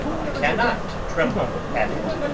i cannot tremble at it.